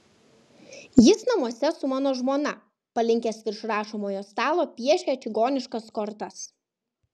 jis namuose su mano žmona palinkęs virš rašomojo stalo piešia čigoniškas kortas